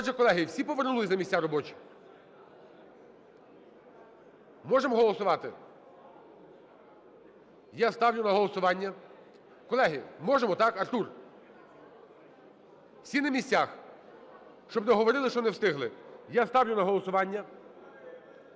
Отже, колеги, всі повернулись на місця робочі? Можемо голосувати? Я ставлю на голосування… Колеги, можемо, так, Артур? Всі на місцях? Щоб не говорили, що не встигли. Я ставлю на голосування…